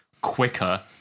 quicker